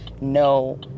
no